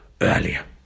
earlier